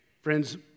Friends